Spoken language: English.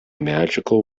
magical